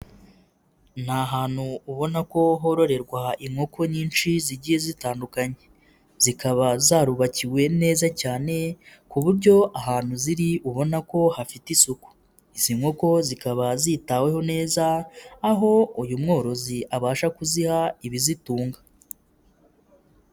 Ni ahantu ubona ko hororerwa inkoko nyinshi zigiye zitandukanye zikaba zarubakiwe neza cyane ku buryo aha hantu ziri ubona ko hafite isuku, izi nkoko zikaba zitaweho neza aho uyu mworozi abasha kuziha ibizitunga.